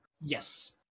yes